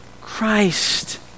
Christ